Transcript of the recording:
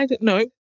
No